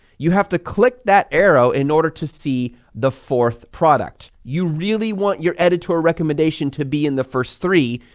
you have to click that arrow in order to see the fourth product you really want your editor recommendation to be in the first three,